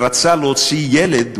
רצה להוציא ילד,